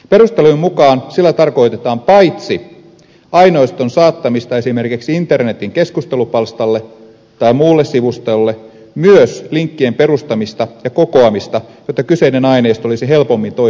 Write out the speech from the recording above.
perustelujen mukaan sillä tarkoitetaan paitsi aineiston saattamista esimerkiksi internetin keskustelupalstalle tai muulle sivustolle myös linkkien perustamista ja kokoamista jotta kyseinen aineisto olisi helpommin toisten saatavilla